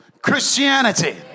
Christianity